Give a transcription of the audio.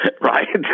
right